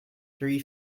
three